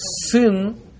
sin